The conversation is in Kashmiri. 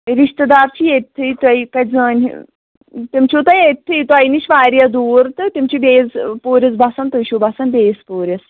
رِشتہٕ دار چھِ ییٚتہِ تھٕے تُہۍ کَتہِ زٲنۍ تِم چھِو تۄہہِ أتۍتھٕے تۄہہِ نِش واریاہ دوٗر تہٕ تِم چھِ بیٚیِس پوٗرِس بَسان تُہۍ چھُو بَسان بیٚیِس پوٗرِس